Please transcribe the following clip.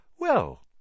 Well